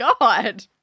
God